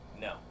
no